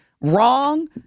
wrong